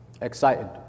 excited